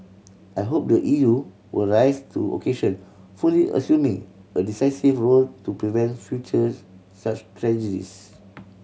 I hope the E U will rise to occasion fully assuming a decisive role to prevent futures such tragedies